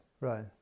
Right